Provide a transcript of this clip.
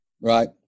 Right